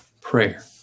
prayer